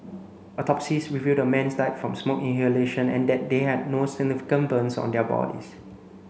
autopsies revealed the men died from smoke inhalation and that they had no significant burns on their bodies